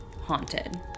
haunted